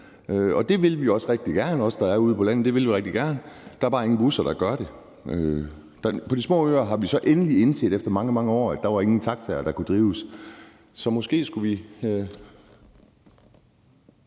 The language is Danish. landet, også rigtig gerne – det vil vi rigtig gerne. Der er bare ingen busser, der gør det muligt. På de små øer har vi så endelig indset efter mange, mange år, at ingen taxaer kunne drives der. Så måske skulle vi